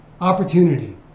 opportunity